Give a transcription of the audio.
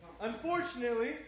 Unfortunately